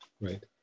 Right